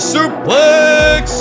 Suplex